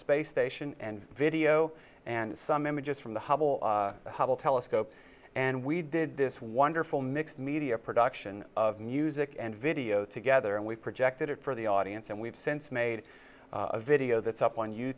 space station and video and some images from the hubble hubble telescope and we did this wonderful mixed media production of music and video together and we projected it for the audience and we've since made a video that's up on you